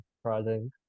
surprising